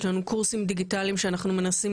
יש לנו קורסים דיגיטליים שאנחנו מנסים